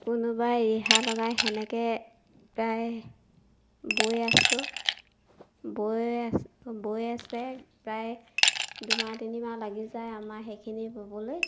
কোনোবাই ৰিহা লগাই সেনেকৈ প্ৰায় বৈ আছো বৈ আছো বৈ আছে প্ৰায় দুমাহ তিনিমাহ লাগি যায় আমাৰ সেইখিনি ব'বলৈ